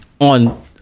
on